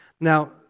Now